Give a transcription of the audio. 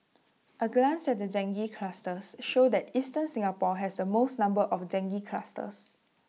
A glance at the dengue clusters show that eastern Singapore has the most number of dengue clusters